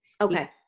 Okay